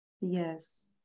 Yes